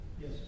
Yes